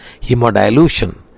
hemodilution